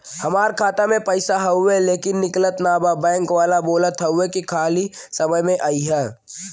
हमार खाता में पैसा हवुवे लेकिन निकलत ना बा बैंक वाला बोलत हऊवे की खाली समय में अईहा